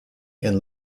and